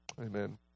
Amen